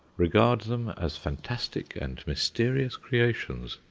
regard them as fantastic and mysterious creations,